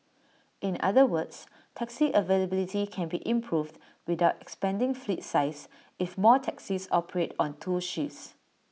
in other words taxi availability can be improved without expanding fleet size if more taxis operate on two shifts